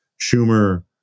Schumer